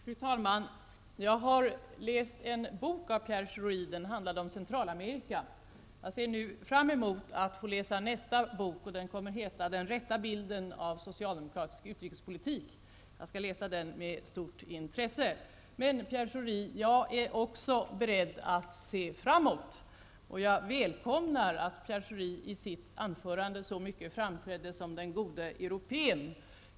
Fru talman! Jag har läst en bok av Pierre Schori. Den handlade om Centralamerika. Jag ser nu fram emot att få läsa nästa bok, som kommer att heta ''Den rätta bilden av socialdemokratisk utrikespolitik''. Jag skall läsa den med stort intresse. Men, Pierre Schori, jag är också beredd att se framåt. Jag välkomnar att Pierre Schori i sitt anförande så mycket framträdde som den gode europén.